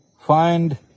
find